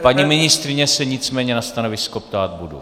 Paní ministryně se nicméně na stanovisko ptát budu.